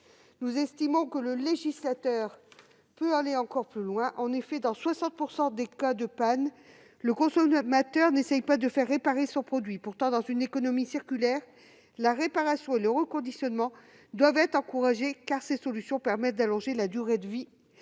Nous estimons que le législateur peut aller encore plus loin. En effet, dans 60 % des cas de pannes, le consommateur n'essaye pas de faire réparer son produit. Pourtant, dans une économie circulaire, la réparation et le reconditionnement doivent être encouragés : ces solutions permettent d'allonger la durée de vie